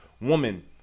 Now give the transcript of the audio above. woman